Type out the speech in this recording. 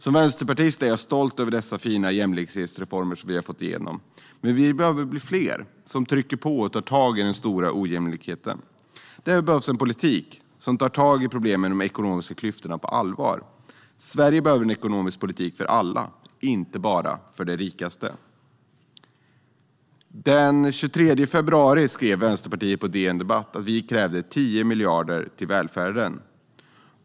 Som vänsterpartist är jag stolt över de fina jämlikhetsreformer vi har fått igenom, men vi behöver bli fler som trycker på för att ta tag i den stora ojämlikheten. Det behövs en politik som på allvar tar tag i problemen med de ekonomiska klyftorna. Sverige behöver en ekonomisk politik för alla, inte bara de rikaste. Den 23 februari skrev Vänsterpartiet på DN Debatt att vi krävde 10 miljarder till välfärden.